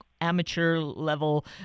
amateur-level –